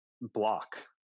block